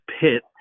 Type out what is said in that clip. pit